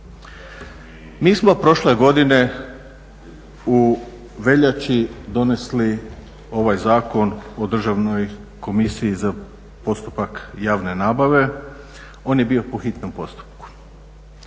Mi smo prošle godine u veljači donesli ovaj Zakon o Državnoj komisiji za postupak javne nabave. On je bio po hitnom postupku.